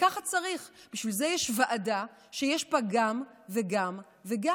וככה צריך, בשביל זה יש ועדה שיש בה גם וגם וגם.